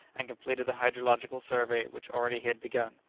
and completed the hydrographical survey which already he had begun.